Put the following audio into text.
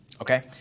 okay